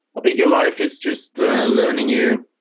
ah think your life is just learning you